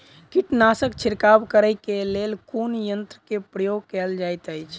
कीटनासक छिड़काव करे केँ लेल कुन यंत्र केँ प्रयोग कैल जाइत अछि?